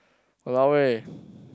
!walao eh!